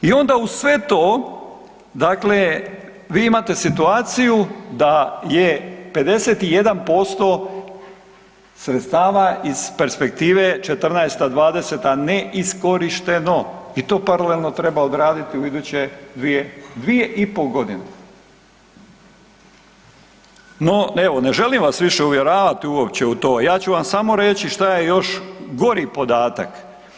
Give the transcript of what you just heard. I onda uz sve to dakle vi imate situaciju da je 51% sredstava iz perspektive '14.-'20. neiskorišteno i to paralelno treba odraditi u iduće 2,5.g. No, evo ne želim vas više uvjeravati uopće u to, ja ću vam samo reći šta je još gori podatak.